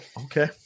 Okay